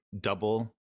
double